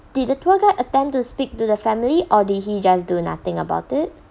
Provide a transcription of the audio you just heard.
did the tour guide attempt to speak to the family or did he just do nothing about it